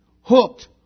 hooked